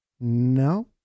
No